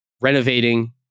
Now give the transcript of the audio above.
renovating